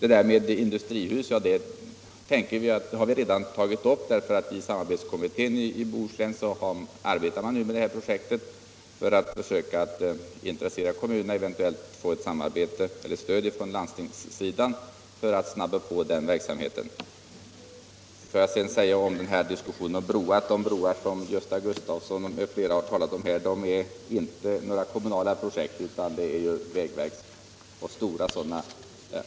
Tanken på industrihus har vi redan tagit upp. I samarbetskommittén i Bohuslän arbetar man nu med det här projektet för att försöka intressera kommunerna och eventuellt få stöd från landstingssidan för att snabba på verksamheten. Eftersom herr Gösta Gustafsson i Göteborg m.fl. har talat om broar vill jag påpeka att de inte är några kommunala projekt utan vägverksprojekt, och allesammans stora sådana.